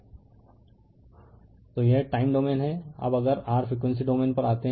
refer slide time 2857 तो यह time domain है अब अगर r फ़्रीक्वेंसी डोमेन पर आते हैं